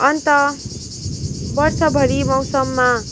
अन्त वर्षभरि मौसममा